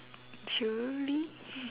surely